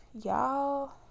y'all